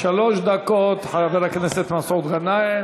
שלוש דקות, חבר הכנסת מסעוד גנאים.